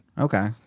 Okay